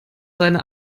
seine